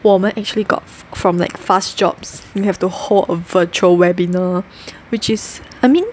我们 actually got from like fast jobs you have to hold a virtual webinar which is I mean